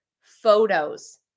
Photos